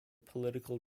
political